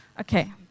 Okay